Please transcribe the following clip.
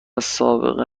سابقه